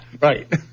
Right